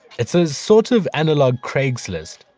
it's a sort of analog craigslist.